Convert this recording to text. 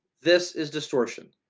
this is distortion,